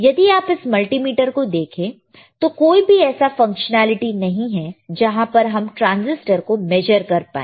यदि आप इस मल्टीमीटर को देखें तो कोई भी ऐसा फंक्शनैलिटी नहीं है जहां पर हम ट्रांजिस्टर को मेजर कर पाए